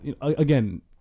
again